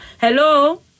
Hello